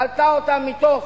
פלטה אותם מתוך